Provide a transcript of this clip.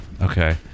Okay